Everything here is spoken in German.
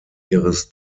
ihres